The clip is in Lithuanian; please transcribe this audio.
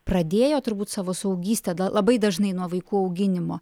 pradėjo turbūt savo suaugystę labai dažnai nuo vaikų auginimo